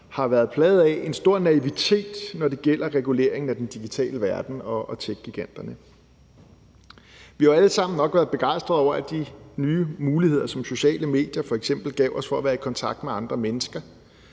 har været plaget af: en stor naivitet, når det gælder reguleringen af den digitale verden og techgiganterne. Vi har jo nok alle sammen været begejstrede over de nye muligheder, som sociale medier f.eks. gav os for at være i kontakt med andre mennesker